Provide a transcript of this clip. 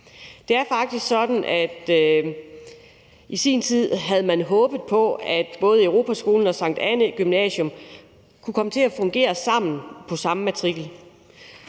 Det er faktisk sådan, at man i sin tid havde håbet på, at både Europaskolen og Sankt Annæ Gymnasium kunne komme til at fungere sammen på samme matrikel.